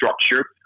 structure